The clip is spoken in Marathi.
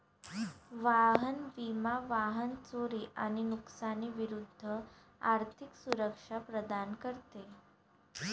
वाहन विमा वाहन चोरी आणि नुकसानी विरूद्ध आर्थिक सुरक्षा प्रदान करते